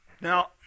Now